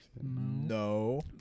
No